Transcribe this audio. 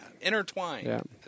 Intertwined